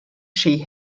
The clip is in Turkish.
şeyi